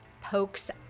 pokes